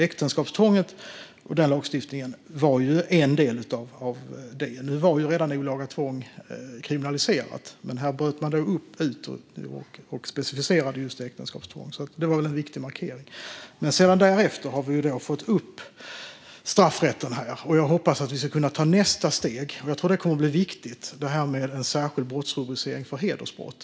Lagstiftningen om äktenskapstvånget var en del. Olaga tvång var redan kriminaliserat, men man bröt ut och specificerade just äktenskapstvång. Det var väl en viktig markering. Därefter har vi fått upp straffrätten här. Jag hoppas att vi ska kunna ta nästa steg mot en särskild brottsrubricering för hedersbrott.